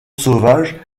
sauvage